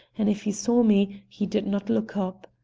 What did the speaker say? and if he saw me he did not look up.